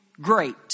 Great